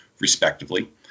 respectively